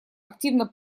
активно